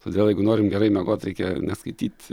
todėl jeigu norim gerai miegoti reikia neskaityti